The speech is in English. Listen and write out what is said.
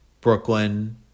Brooklyn